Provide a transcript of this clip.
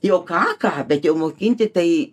juo ką ką bet jau mokinti tai